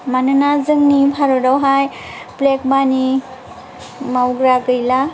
मानोना जोंनि भारतावहाय ब्लेक मानि मावग्रा गैला